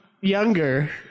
younger